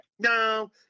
No